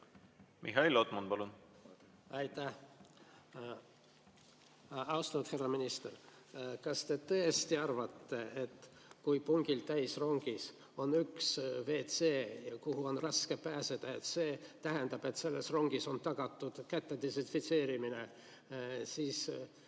Mihhail Lotman, palun! Aitäh! Austatud härra minister! Kas te tõesti arvate, et kui pungil täis rongis on üks WC, kuhu on raske pääseda, siis see tähendab, et selles rongis on tagatud käte desinfitseerimine? No ma ei tea.